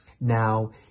Now